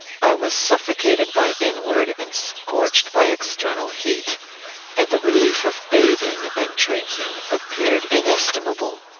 i was suffocated by inward and scorched by external heat and the relief of bathing and drinking appeared inestimable.